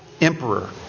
Emperor